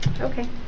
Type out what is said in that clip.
okay